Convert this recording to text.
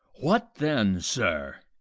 what then, sir?